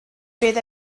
fydd